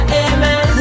amen